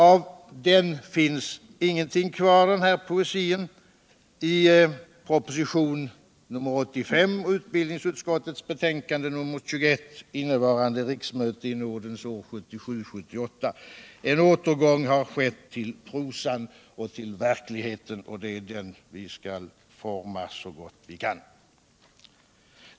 Av den poesin finns ingenting kvar i propositionen 85 och utbildningsutskottets betänkande nr 21 innevarande riksmöte i nådens år 1977/78. En återgång har skett till prosan och till verkligheten, och det är den vi skall forma så gott vi kan.